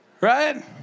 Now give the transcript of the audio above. Right